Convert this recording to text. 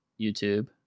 YouTube